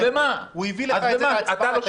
הוא הביא לך את זה בהצבעה.